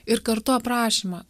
ir kartu aprašymą